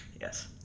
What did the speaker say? Yes